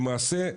למעשה,